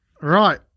Right